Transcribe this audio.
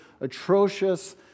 atrocious